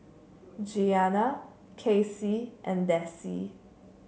Giana Kacy and Dessie